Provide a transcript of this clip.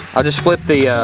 i'll just flip the ah,